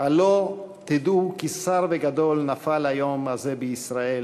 "הלוא תדעו כי שר וגדול נפל היום הזה בישראל",